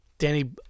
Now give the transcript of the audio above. Danny